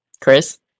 Chris